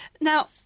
Now